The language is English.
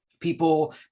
People